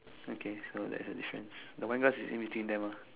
okay so there's a difference the wine glass is in between them ah